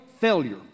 failure